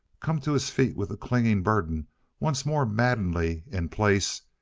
come to his feet with the clinging burden once more maddeningly in place,